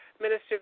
minister